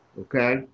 Okay